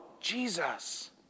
Jesus